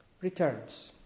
returns